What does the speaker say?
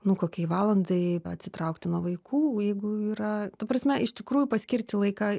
nu kokiai valandai va atsitraukti nuo vaikų jeigu yra ta prasme iš tikrųjų paskirti laiką